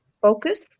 focus